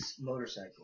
motorcycle